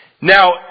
Now